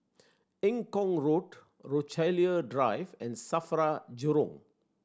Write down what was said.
Eng Kong Road Rochalie Drive and SAFRA Jurong